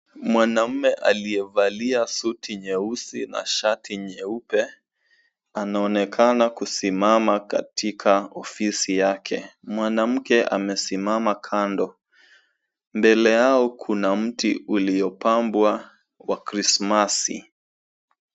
Mwanaume aliyevalia suti nyeusi na shati nyeupe, anaonekana kusimama katika ofisi yake. Mwanamke amesimama kando. Mbele yao kuna mti uliopambwa wa krismasi.